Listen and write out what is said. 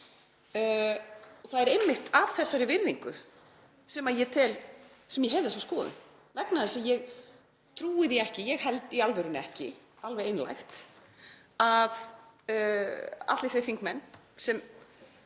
Það er einmitt af þeirri virðingu sem ég hef þessa skoðun vegna þess að ég trúi því ekki, ég held í alvörunni ekki, alveg einlægt, að allir þeir þingmenn sem